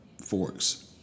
forks